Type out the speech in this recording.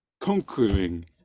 conquering